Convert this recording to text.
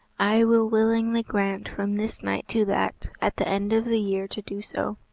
i will willingly grant from this night to that at the end of the year to do so.